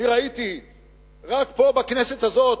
אני ראיתי רק פה, בכנסת הזאת,